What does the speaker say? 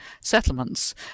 settlements